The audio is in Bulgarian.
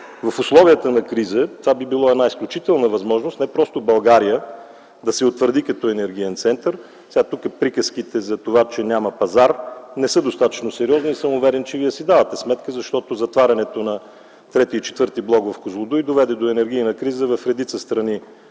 В условията на криза, това би било една изключителна възможност не просто България да се утвърди като енергиен център. Тук приказките за това, че няма пазар, не са достатъчно сериозни и съм уверен, че вие си давате сметка, защото затварянето на трети и четвърти блок на АЕЦ „Козлодуй” доведе до енергийна криза в редица страни